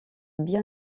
bien